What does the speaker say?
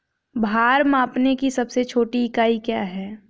भार मापने की सबसे छोटी इकाई क्या है?